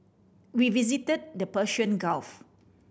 we visited the Persian Gulf